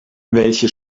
welche